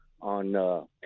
on –